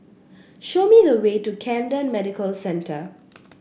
show me the way to Camden Medical Centre